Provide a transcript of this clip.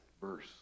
verse